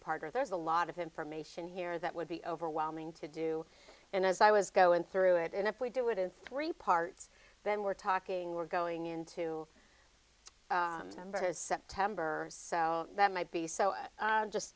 parter there's a lot of information here that would be overwhelming to do and as i was going through it and if we do it in three parts then we're talking we're going into numbers september so that might be so just